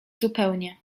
zupełnie